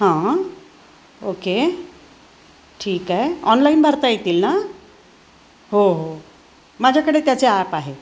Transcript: हां ओके ठीक आहे ऑनलाईन भरता येतील ना हो हो माझ्याकडे त्याचे ॲप आहे